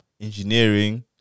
engineering